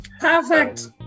perfect